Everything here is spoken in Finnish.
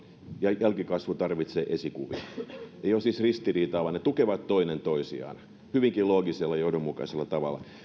ja jälkikasvu tarvitsee esikuvia ei ole siis ristiriitaa vaan ne tukevat toinen toisiaan hyvinkin loogisella ja johdonmukaisella tavalla